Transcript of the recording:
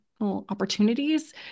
opportunities